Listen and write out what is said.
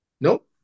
Nope